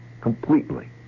Completely